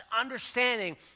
understanding